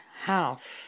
house